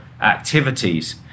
activities